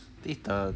peter